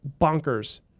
bonkers